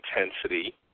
intensity